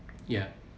ya